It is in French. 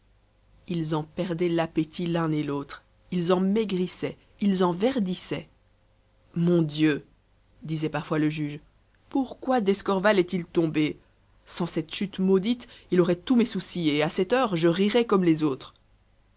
ils en perdaient l'appétit l'un et l'autre ils en maigrissaient ils en verdissaient mon dieu disait parfois le juge pourquoi d'escorval est-il tombé sans cette chute maudite il aurait tous mes soucis et à cette heure je rirais comme les autres